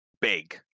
big